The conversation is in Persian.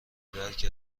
درک